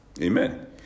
Amen